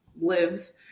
lives